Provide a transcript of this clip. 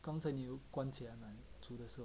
刚才你有关起来吗煮的时候